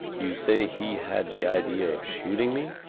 you say he had the idea of shooting me.